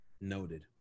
Noted